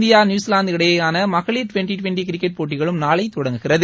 India New Zealand இடையேயான மகளிர் twenty twenty cricket போட்டிகளும் நாளை தொடங்குகிறது